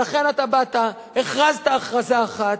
ולכן אתה באת, הכרזת הכרזה אחת,